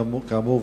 כאמור,